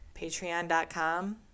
Patreon.com